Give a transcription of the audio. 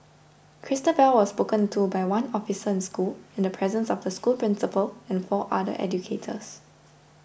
Christabel was spoken to by one officer in school in the presence of the school principal and four other educators